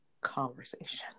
conversation